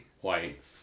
White